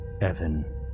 Evan